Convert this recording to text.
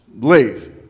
leave